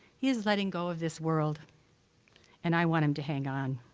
he is letting go of this world and i want him to hang on.